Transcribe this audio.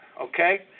okay